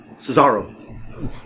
Cesaro